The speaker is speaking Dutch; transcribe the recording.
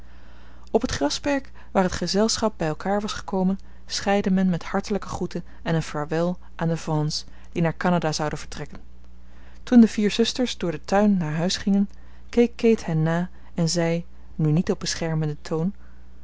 op het grasperk waar het gezelschap bij elkaar was gekomen scheidde men met hartelijke groeten en een vaarwel aan de vaughn's die naar canada zouden vertrekken toen de vier zusters door den tuin naar huis gingen keek kate hen na en zei nu niet op beschermenden toon